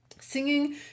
Singing